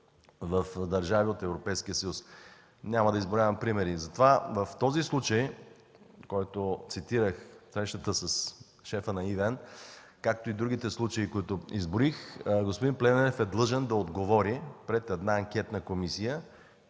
Европейския съюз. Няма да изброявам примери за това. За този случай, който цитирах – срещата с шефа на ЕВН, както и другите случаи, които изброих, господин Плевнелиев е длъжен да отговори пред анкетна комисия